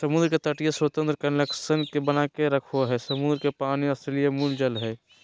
समुद्र के तटीय स्वतंत्र कनेक्शन के बनाके रखो हइ, समुद्र के पानी स्थलीय मूल जल हइ